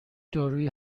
دارویی